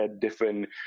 different